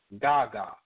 Gaga